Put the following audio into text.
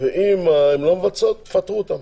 ואם הן לא מבצעות תפטרו אותן.